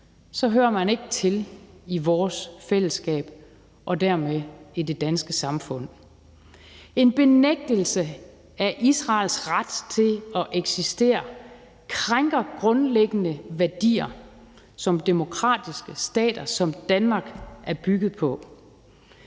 hører man ikke til i vores fællesskab og dermed ikke i det danske samfund. En benægtelse af Israels ret til at eksistere krænker grundlæggende værdier, som demokratiske stater som Danmark er bygget på.